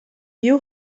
you